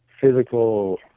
physical